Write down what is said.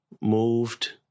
moved